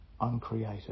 uncreated